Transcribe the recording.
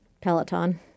Peloton